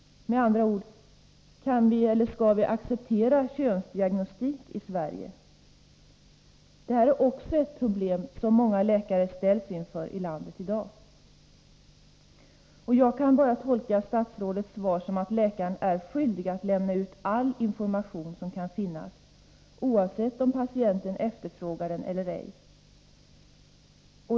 Med andra ord: Skall vi acceptera könsdiagnostik i Sverige? Detta är också ett problem som många läkare i landet ställs inför i dag. Jag kan bara tolka statsrådets svar så, att läkaren är skyldig att lämna ut all information som kan finnas, oavsett om patienten efterfrågar den eller ej.